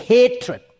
Hatred